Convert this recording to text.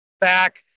back